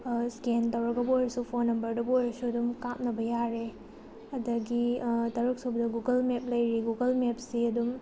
scan ꯇꯧꯔꯒꯕꯨ ꯑꯣꯏꯔꯁꯨ phone ꯅꯝꯕꯔꯗꯕꯨ ꯑꯣꯏꯔꯁꯨ ꯑꯗꯨꯝ ꯀꯥꯞꯅꯕ ꯌꯥꯔꯦ ꯑꯗꯒꯤ ꯇꯔꯨꯛ ꯁꯨꯕꯗ ꯒꯨꯒꯜ ꯃꯦꯞ ꯂꯩꯔꯤ ꯒꯨꯒꯜ ꯃꯦꯞꯁꯤ ꯑꯗꯨꯝ